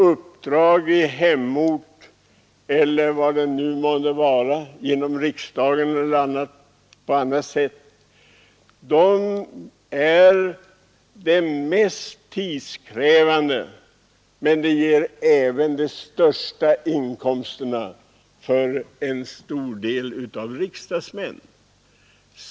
Uppdrag i hemort eller vad det nu månde vara, undfångna genom riksdagen eller på annat sätt, är det mest tidskrävande, men de ger även de största inkomsterna för en stor del av riksdagsmännen.